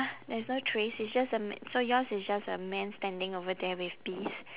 there's no trees it's just a ma~ so yours is just a man standing over there with bees